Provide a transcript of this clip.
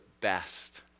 best